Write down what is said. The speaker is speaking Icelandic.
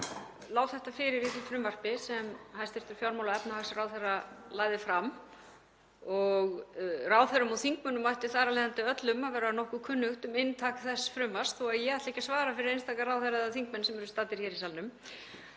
lá þetta fyrir í því frumvarpi sem hæstv. fjármála- og efnahagsráðherra lagði fram og ráðherrum og þingmönnum ætti þar af leiðandi öllum að vera nokkuð kunnugt um inntak þess frumvarps þótt ég ætli ekki að svara fyrir einstaka ráðherra eða þingmenn sem eru staddir hér í salnum.